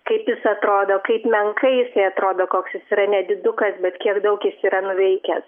kaip jis atrodo kaip menkai jisai atrodo koks jis yra nedidukas bet kiek daug jis yra nuveikęs